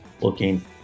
looking